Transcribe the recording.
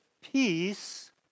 peace